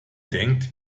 denkt